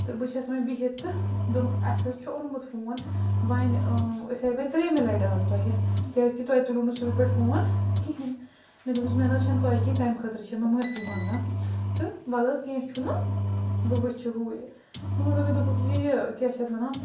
تہٕ بہٕ چھَس وۄنۍ بِہِتھ تہٕ دوٚپُکھ اَسہِ حظ چھُ اوٚنمُت فون وۄنۍ أسۍ آے وۄنۍ ترٛیٚیِمہِ لَٹہِ آز تۄہہِ کیٛازِ کہِ تۄہہِ تُلوُ نہٕ صُبحی پٮ۪ٹھ فون کِہیٖنۍ مےٚ دوٚپمَس مےٚ نہٕ حظ چھَنہٕ پَے کِہیٖنۍ تَمۍ خٲطرٕ چھےٚ مےٚ معٲفی منٛگان تہٕ وَلہٕ حظ کیٚنہہ چھُنہٕ بہٕ وٕچھِ ہوٗ یہِ یِمو دوٚپ مےٚ دوٚپُکھ یہِ یہِ کیٛاہ چھِ اَتھ وَنان